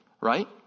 Right